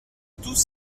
tous